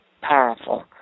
powerful